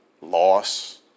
loss